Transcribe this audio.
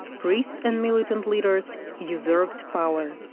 priests and militant leading figures usurped power.